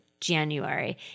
January